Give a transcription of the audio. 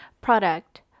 product